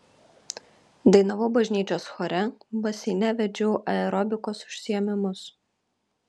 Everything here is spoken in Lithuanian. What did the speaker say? dainavau bažnyčios chore baseine vedžiau aerobikos užsiėmimus